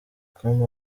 com